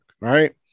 right